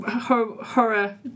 horror